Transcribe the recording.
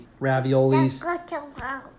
raviolis